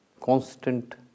constant